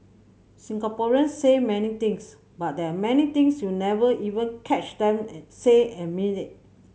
Singaporeans say many things but there are many things you never even catch them say and mean it